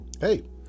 Hey